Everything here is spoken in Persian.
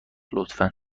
لطفا